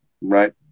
right